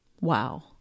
Wow